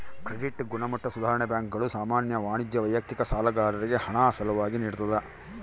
credit ಗುಣಮಟ್ಟ ಸುಧಾರಣೆ ಬ್ಯಾಂಕುಗಳು ಸಾಮಾನ್ಯ ವಾಣಿಜ್ಯ ವೈಯಕ್ತಿಕ ಸಾಲಗಾರರಿಗೆ ಹಣ ಸಾಲವಾಗಿ ನಿಡ್ತವ